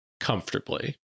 comfortably